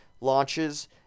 launches